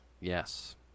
Yes